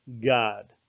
God